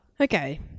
Okay